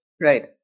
right